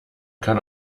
kann